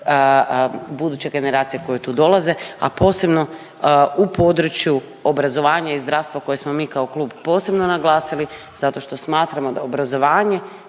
buduće generacije koje tu dolaze, a posebno u području obrazovanja i zdravstva koje smo mi kao klub posebno zato što smatramo da obrazovanje